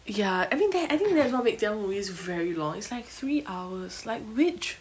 ya I think that I think that's what make tamil movies very long it's like three hours like which